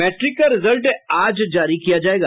matric का result आज जारी किया जायेगा